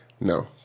no